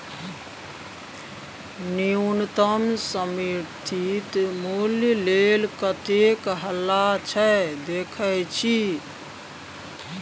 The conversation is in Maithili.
न्युनतम समर्थित मुल्य लेल कतेक हल्ला छै देखय छी